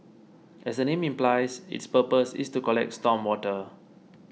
as the name implies its purpose is to collect storm water